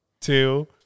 two